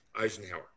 Eisenhower